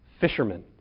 Fishermen